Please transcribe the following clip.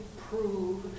prove